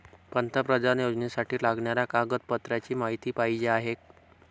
पंतप्रधान योजनेसाठी लागणाऱ्या कागदपत्रांची माहिती पाहिजे आहे